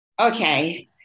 okay